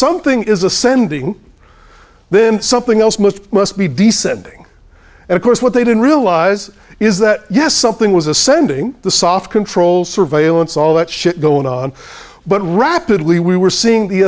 something is ascending then something else must must be descending and of course what they don't realize is that the yes something was ascending the soft control surveillance all that shit going on but rapidly we were seeing the